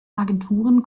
agenturen